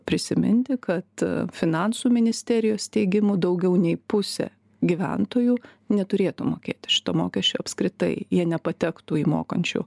prisiminti kad finansų ministerijos teigimu daugiau nei pusė gyventojų neturėtų mokėti šito mokesčio apskritai jie nepatektų į mokančių